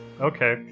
okay